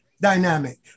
dynamic